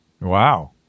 Wow